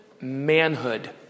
manhood